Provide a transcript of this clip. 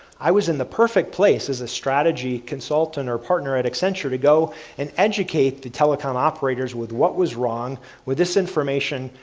i was in the perfect place as a strategy consultant or partner at accenture to go and educate the telecom operators with what was wrong with this information.